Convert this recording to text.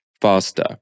faster